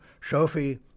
Sophie